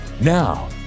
Now